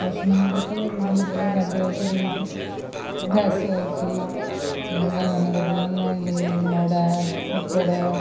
ପଶୁ ମାନଙ୍କର ତ ବିଭିନ୍ନ ପ୍ରକାର ଖାଦ୍ୟ ଅଛି ଯେହେତୁ ଘାସ ଅଛି ଗାଈ ମାନଙ୍କ ପାଇଁ ନଡ଼ା ଚୋକଡ଼